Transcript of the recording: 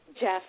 Jeff